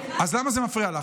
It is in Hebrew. אז למה זה מפריע לך?